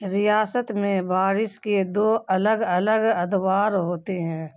ریاست میں بارش کے دو الگ الگ ادوار ہوتے ہیں